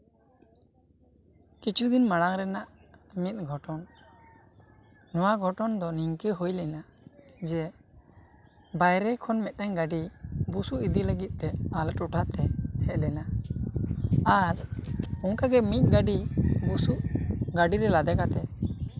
ᱠᱤᱪᱷᱩ ᱫᱤᱱ ᱢᱟᱲᱟᱝ ᱨᱮᱱᱟᱜ ᱢᱤᱫ ᱜᱷᱚᱴᱚᱱ ᱱᱚᱣᱟ ᱜᱷᱚᱴᱚᱱ ᱫᱚ ᱱᱤᱝᱠᱟᱹ ᱦᱩᱭ ᱞᱮᱱᱟ ᱡᱮ ᱵᱟᱭᱨᱮ ᱠᱷᱚᱱ ᱢᱤᱫᱴᱟᱝ ᱜᱟ ᱰᱤ ᱵᱩᱥᱩᱵ ᱤᱫᱤ ᱞᱟ ᱜᱤᱫᱛᱮ ᱟᱞᱮ ᱴᱚᱴᱷᱟᱛᱮ ᱦᱮᱡ ᱞᱮᱱᱟ ᱟᱨ ᱚᱱᱠᱟᱜᱮ ᱢᱤᱫ ᱜᱟ ᱰᱤ ᱵᱩᱥᱩᱵ ᱜᱟ ᱰᱤᱨᱮ ᱞᱟᱫᱮ ᱠᱟᱛᱮᱜ